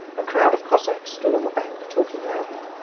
a crowd of cossacks stood on the bank talking loudly.